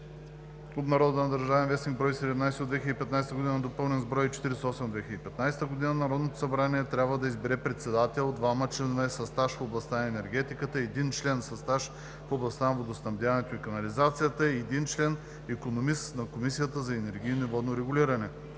енергетиката (обн., ДВ, бр. 17 от 2015 г., доп., бр. 48 от 2015 г.) Народното събрание трябва да избере председател, двама членове със стаж в областта на енергетиката, един член със стаж в областта на водоснабдяването и канализацията и един член – икономист, на Комисията за енергийно и водно регулиране: